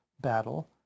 battle